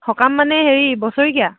সকাম মানে হেৰি বছেৰেকীয়া